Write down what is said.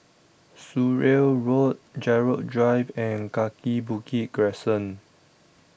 Surrey Road Gerald Drive and Kaki Bukit Crescent